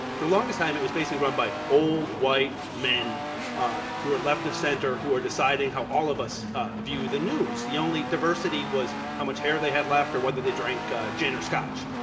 for the longest time it was basically run by old white men ah who are left of center who are deciding how all of us view the news, the only diversity was how much hair they had left or whether they drank gin or scotch.